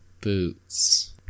boots